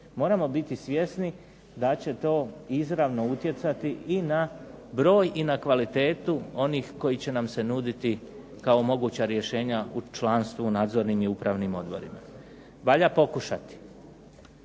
moramo biti svjesni da će to izravno utjecati i na broj i na kvalitetu onih koji će nam se nuditi kao moguća rješenja u članstvu u nadzornim i upravnim odborima. Valja pokušati,